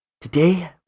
Today